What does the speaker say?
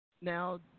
Now